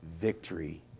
victory